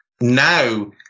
Now